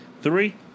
Three